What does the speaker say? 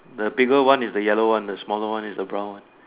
the bigger one is the yellow one the smaller one is the brown one